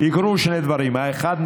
יקרו שני דברים: האחד,